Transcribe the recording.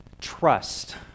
trust